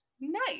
Nice